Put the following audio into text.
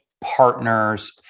partners